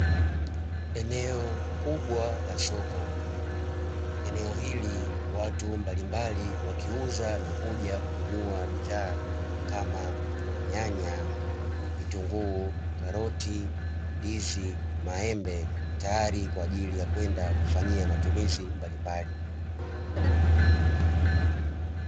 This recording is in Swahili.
Eneo kubwa la soko, eneo hili watu mbalimbali wakiuza na kuja kununua bidhaa kama nyanya, vitunguu, karoti ndizi, maembe tayari kwajili ya kwenda kufanyia matumizi mbalimbali.